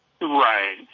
Right